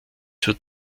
zur